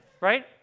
right